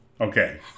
Okay